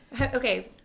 Okay